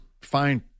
fine